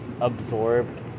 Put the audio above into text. absorbed